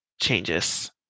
changes